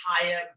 entire